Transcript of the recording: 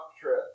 Trip